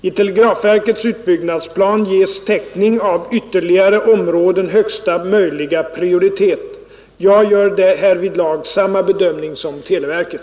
I televerkets utbyggnadsplan ges täckning av ytterligare områden högsta möjliga prioritet. Jag gör härvidlag samma bedömning som televerket.